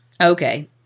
Okay